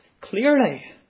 clearly